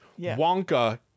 Wonka